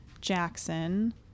Jackson